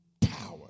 power